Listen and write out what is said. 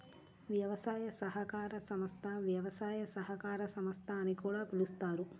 వ్యవసాయ సహకార సంస్థ, వ్యవసాయ సహకార సంస్థ అని కూడా పిలుస్తారు